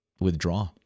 withdraw